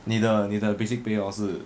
你的你的 basic pay hor 是